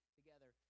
together